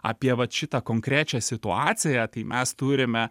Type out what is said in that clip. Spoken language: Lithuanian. apie vat šitą konkrečią situaciją kai mes turime